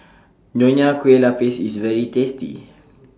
Nonya Kueh Lapis IS very tasty